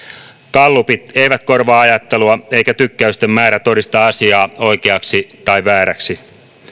gallupit eivät korvaa ajattelua eikä tykkäysten määrä todista asiaa oikeaksi tai vääräksi